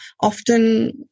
Often